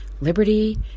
liberty